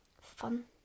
Fun